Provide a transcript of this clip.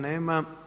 Nema.